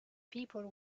people